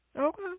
Okay